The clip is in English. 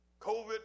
covid